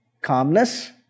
Calmness